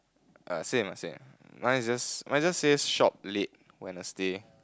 uh same ah same mine just mine just say shop late Wednesday